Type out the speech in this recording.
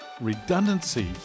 redundancy